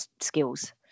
skills